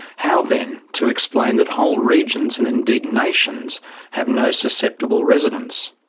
how then to explain that whole regions and indeed nations have no susceptible residents?